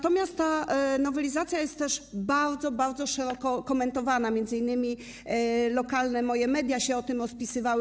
Ta nowelizacja jest też bardzo, bardzo szeroko komentowana, m.in. moje lokalne media się o tym rozpisywały.